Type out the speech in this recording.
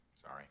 Sorry